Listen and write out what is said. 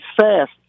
fast